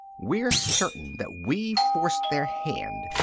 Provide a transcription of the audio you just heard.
we're certain that we've forced their hand.